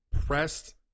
pressed